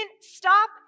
stop